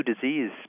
disease